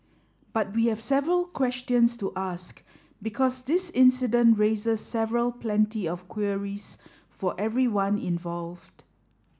but we have several questions to ask because this incident raises several plenty of queries for everyone involved